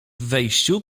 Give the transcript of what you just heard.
wejściu